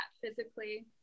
physically